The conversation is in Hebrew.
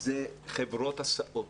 זה חברות הסעות,